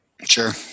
Sure